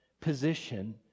position